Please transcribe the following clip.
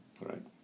Right